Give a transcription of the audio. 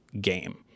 game